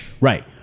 Right